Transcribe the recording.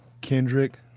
Kendrick